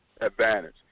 advantage